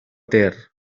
ter